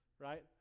right